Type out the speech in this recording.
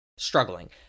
struggling